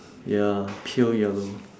ya pale yellow